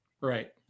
Right